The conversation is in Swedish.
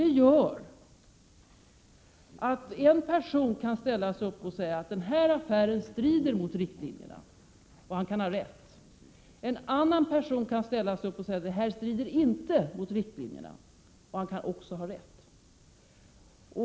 Detta gör att en person kan ställa sig upp och säga att den här affären strider mot riktlinjerna, och ha rätt. En annan person kan ställa sig upp och säga: Det här strider inte mot riktlinjerna — och han kan också ha rätt.